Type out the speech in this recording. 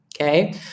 Okay